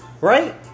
right